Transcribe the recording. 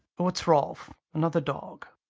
what's rolf? another dog?